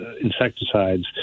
insecticides